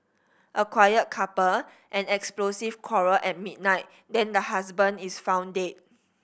a quiet couple an explosive quarrel at midnight then the husband is found dead